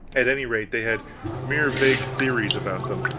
at any rate they had mere vague theories about them,